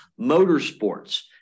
Motorsports